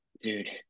dude